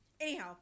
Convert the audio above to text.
Anyhow